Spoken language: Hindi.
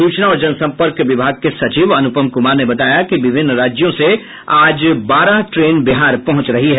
सूचना और जनसम्पर्क विभाग के सचिव अनुपम कुमार ने बताया कि विभिन्न राज्यों से आज बारह ट्रेन बिहार पहुंच रही है